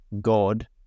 God